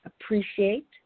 appreciate